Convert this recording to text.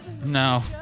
No